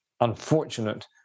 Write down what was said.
unfortunate